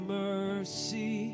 mercy